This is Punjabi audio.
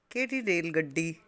ਕਿਹੜੀ ਰੇਲ ਗੱਡੀ